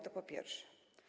To po pierwsze.